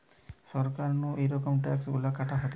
সরকার নু এরম ট্যাক্স গুলা কাটা হতিছে